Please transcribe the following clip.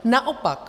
Naopak.